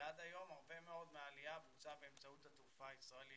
עד היום הרבה מאוד מהעלייה בוצעה באמצאות התעופה הישראלית.